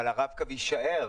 אבל הרב-קו יישאר.